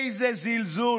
איזה זלזול.